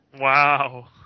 Wow